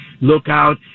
lookout